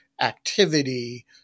activity